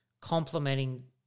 complementing